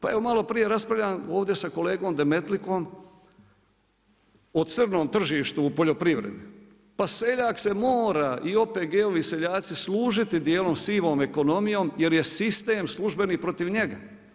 Pa evo maloprije raspravljam ovdje sa kolegom Demetlikom o crnom tržištu u poljoprivredi, pa seljak se mora i OPG-ovi seljaci služiti dijelom sivom ekonomijom jer je sistem službeni protiv njega.